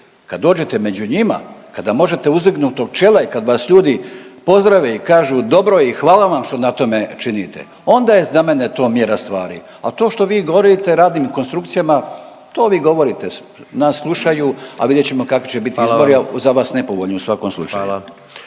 kad dođete među njima, kada možete uzdignutog čela i kad vas ljudi pozdrave i kaže dobro i hvala vam što na tome činite onda je za mene to mjera stvari. A to što vi govorite … konstrukcijama to vi govorite nas slušaju, a vidjet ćemo kakvi će biti izbori …/Upadica predsjednik: Hvala